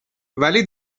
ولی